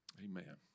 Amen